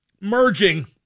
merging